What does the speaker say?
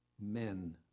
men